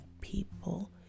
people